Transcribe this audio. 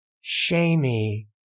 Shamey